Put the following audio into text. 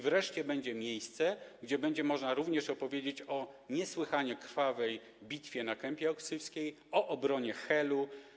Wreszcie będzie miejsce, gdzie będzie można również opowiedzieć o niesłychanie krwawej bitwie o Kępę Oksywską, o obronie Helu.